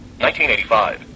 1985